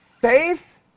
faith